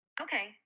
Okay